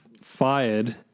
fired